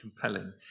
compelling